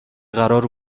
قرار